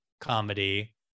comedy